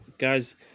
Guys